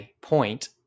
point